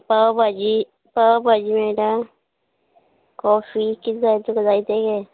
तवा भाजी तवा भाजी मेयटा कॉफी कितें जाय तुका जाय तें घे